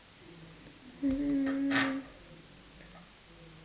hmm